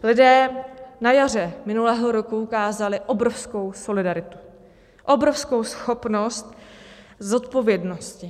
Lidé na jaře minulého roku ukázali obrovskou solidaritu, obrovskou schopnost zodpovědnosti.